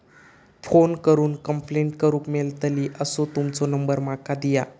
Phone करून complaint करूक मेलतली असो तुमचो नंबर माका दिया?